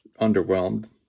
underwhelmed